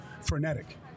frenetic